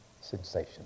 sensation